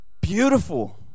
beautiful